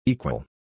Equal